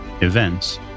events